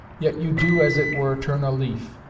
yet you do as it were turn a leaf,